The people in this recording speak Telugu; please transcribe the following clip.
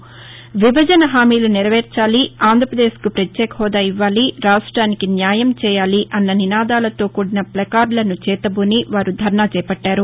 విభజన హామీలు నెరవేర్చాలి ఆంధ్రపదేశ్కు ప్రత్యేక హోదా ఇవ్వాలి రాష్టానికి న్యాయం చేయాలి అన్న నినాదాలతో కూడిన ప్లకార్డులను చేతబూని ధర్నా చేశారు